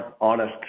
honest